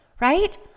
right